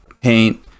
paint